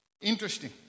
Interesting